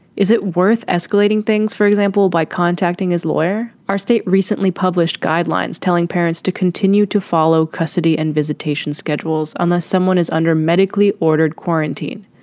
is it worth escalating things, for example, by contacting his lawyer? our state recently published guidelines telling parents to continue to follow custody and visitation schedules on ah someone is under medically ordered quarantine.